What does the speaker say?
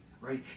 right